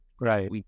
right